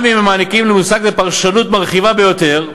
גם אם נותנים למושג זה פרשנות מרחיבה ביותר,